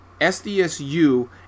SDSU